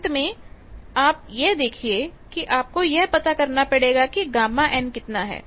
अंत में आप यह देखिए कि आपको यह पता करना पड़ेगा कि Γn कितना है